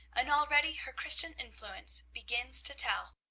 and already her christian influence begins to tell.